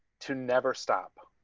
to never stop.